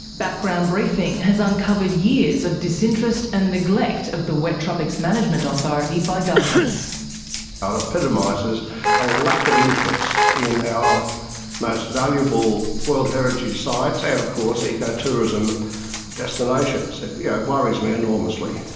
background briefing has uncovered uncovered years of disinterest and neglect of the wet tropics management authority by governments. ah it epitomises a lack of interest in our most valuable world heritage sites and of course ecotourism destinations. yeah it worries me enormously.